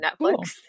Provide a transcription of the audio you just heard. Netflix